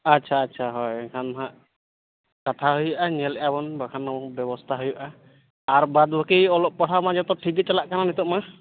ᱟᱪᱪᱷᱟ ᱟᱪᱪᱷᱟ ᱦᱳᱭ ᱮᱱᱠᱷᱟᱱ ᱱᱟᱦᱟᱜ ᱠᱟᱛᱷᱟ ᱦᱩᱭᱩᱜᱼᱟ ᱧᱮᱞᱮᱫᱼᱟᱵᱚᱱ ᱵᱟᱠᱷᱟᱱ ᱵᱮᱵᱚᱥᱛᱷᱟ ᱦᱩᱭᱩᱜᱼᱟ ᱟᱨ ᱵᱟᱫᱽ ᱵᱟᱹᱠᱤ ᱚᱞᱚᱜ ᱯᱟᱲᱦᱟᱜ ᱢᱟ ᱡᱚᱛᱚ ᱴᱷᱤᱠᱜᱮ ᱪᱟᱞᱟᱜ ᱠᱟᱱᱟ ᱱᱤᱛᱚᱜ ᱢᱟ